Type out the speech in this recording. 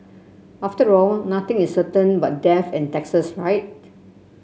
after all nothing is certain but death and taxes right